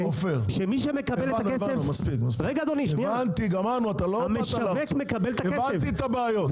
--- הבנתי את הבעיות.